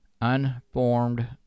unformed